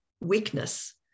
weakness